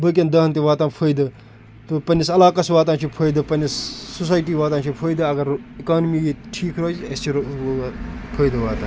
بٲقِیَن دَہَن تہِ واتان فٲیدٕ تہٕ پَنٛنِس علاقَس واتان چھُ فٲیدٕ پَنٛنِس سوسایٹی واتان چھِ فٲیدٕ اَگر اِکانمی ییٚتہِ ٹھیٖک روزِ اَسہِ چھِ فٲیدٕ واتان